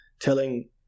telling